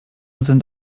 sind